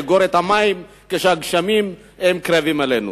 לאגור את המים כשהגשמים קרבים אלינו.